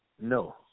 No